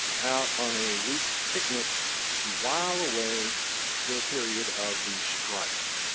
out on a week's picnic to while away the period of the strike.